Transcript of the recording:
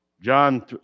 John